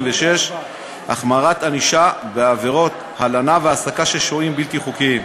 26) (החמרת ענישה בעבירות הלנה והעסקה של שוהים בלתי חוקיים),